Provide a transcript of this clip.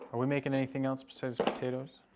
we making anything else besides potatoes?